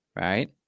right